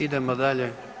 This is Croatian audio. Idemo dalje.